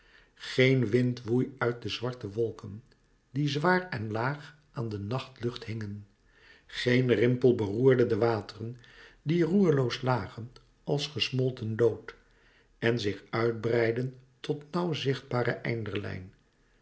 geen wind woei uit de zwarte wolken die zwaar en laag aan de nachtlucht hingen geen rimpel beroerde de wateren die roereloos lagen als gesmolten lood en zich uit breidden tot nauw zichtbare einderlijn